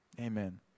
amen